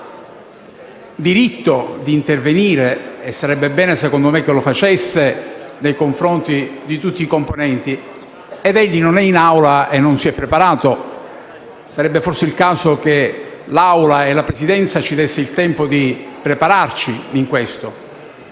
ha diritto di intervenire e sarebbe bene secondo me lo facesse nei confronti di tutti i componenti; egli però non è in Aula e non si è preparato, quindi forse sarebbe il caso che l'Assemblea e la Presidenza ci dessero il tempo di prepararci a questo.